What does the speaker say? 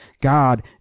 God